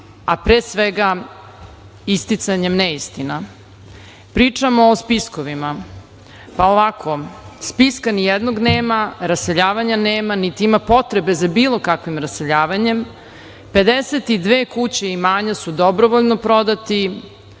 a pre svega isticanjem neistina. Pričamo o spiskovima. Ovako, spiska nijednog nema, raseljavanja nema, niti ima potrebe za bilo kakvim raseljavanjem. Dakle, 52 kuće i imanja su dobrovoljno prodati,